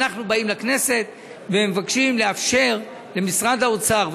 אנחנו באים לכנסת ומבקשים לאפשר למשרד האוצר,